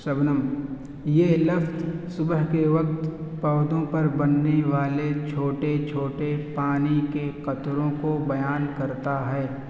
شبنم یہ لفظ صبح کے وقت پودوں پر بننے والے چھوٹے چھوٹے پانی کے قطروں کو بیان کرتا ہے